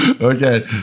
Okay